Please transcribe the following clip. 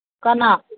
ꯀꯅꯥ